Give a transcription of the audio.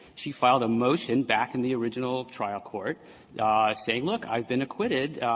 she filed a motion back in the original trial court saying, look, i've been acquited,